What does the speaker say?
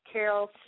Carol